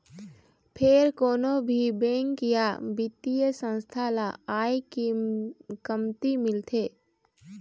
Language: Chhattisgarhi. फेर कोनो भी बेंक या बित्तीय संस्था ल आय कमती मिलथे